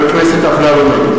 נגד.